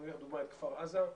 לדוגמה, כפר עזה,